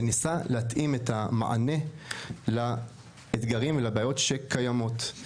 וניסה להתאים את המענה לאתגרים ולבעיות הקיימות.